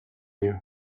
you